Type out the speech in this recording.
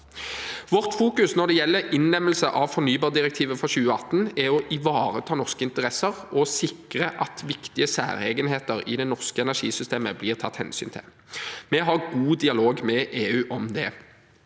Vårt fokus når det gjelder innlemmelse av fornybardirektivet fra 2018, er å ivareta norske interesser og sikre at viktige særegenheter i det norske energisystemet blir tatt hensyn til. Vi har god dialog med EU om det.